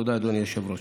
תודה, אדוני היושב-ראש.